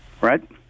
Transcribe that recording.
right